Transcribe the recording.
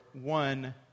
one